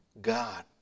God